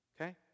Okay